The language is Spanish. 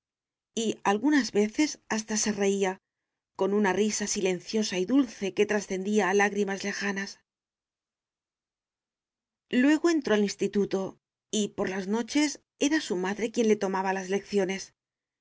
y algunas veces hasta se reía con una risa silenciosa y dulce que trascendía a lágrimas lejanas luego entró al instituto y por las noches era su madre quien le tomaba las lecciones